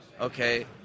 okay